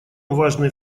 важный